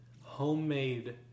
homemade